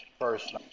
First